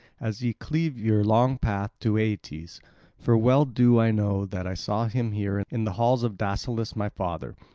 as ye cleave your long path to aeetes for well do i know that i saw him here in the halls of dascylus my father,